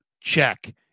Check